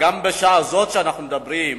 גם בשעה זאת שאנחנו מדברים,